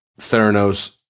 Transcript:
theranos